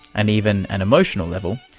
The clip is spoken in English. and even an emotional level,